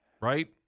right